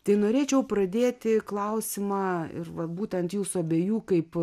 tai norėčiau pradėti klausimą ir va būtent jūsų abiejų kaip